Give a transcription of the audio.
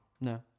No